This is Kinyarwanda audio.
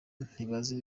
ntibazi